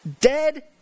Dead